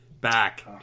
back